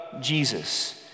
Jesus